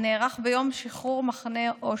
הנערך ביום שחרור מחנה אושוויץ,